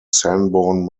sanborn